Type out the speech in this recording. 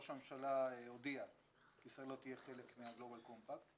ראש הממשלה הודיע שישראל לא תהיה חלק מהגלובל קומפקט,